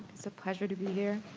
it's a pleasure to be here